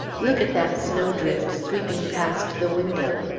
look at that snowdrift sweeping past the window!